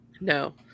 no